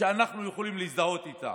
שאנחנו יכולים להזדהות איתה.